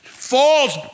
falls